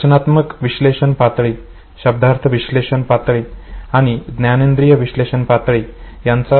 रचनात्मक विश्लेषण पातळी शब्दार्थ विश्लेषण पातळी आणि ज्ञानेंद्रिय विश्लेषण पातळी यांचा स्मृतीवर परिणाम होतो